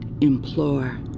implore